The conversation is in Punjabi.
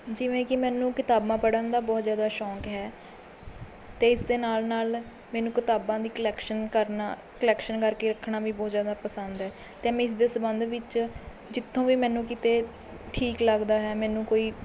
ਜਿਵੇਂ ਕਿ ਮੈਨੂੰ ਕਿਤਾਬਾਂ ਪੜ੍ਹਨ ਦਾ ਬਹੁਤ ਜਿਆਦਾ ਸ਼ੌਂਕ ਹੈ ਤੇ ਇਸ ਦੇ ਨਾਲ਼ ਨਾਲ਼ ਮੈਨੂੰ ਕਿਤਾਬਾਂ ਦੀ ਕਲੈਕਸ਼ਨ ਕਰਨਾ ਕਲੈਕਸ਼ਨ ਕਰਕੇ ਰੱਖਣਾ ਵੀ ਬਹੁਤ ਜਿਆਦਾ ਪਸੰਦ ਹੈ ਅਤੇ ਇਸ ਦੇ ਸੰਬੰਧ ਵਿੱਚ ਜਿੱਥੋਂ ਵੀ ਮੈਨੂੰ ਕਿਤੇ ਠੀਕ ਲੱਗਦਾ ਹੈ ਮੈਨੂੰ ਕੋਈ